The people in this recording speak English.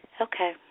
Okay